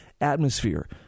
atmosphere